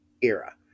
era